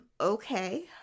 okay